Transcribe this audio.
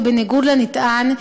ובניגוד לנטען,